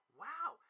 wow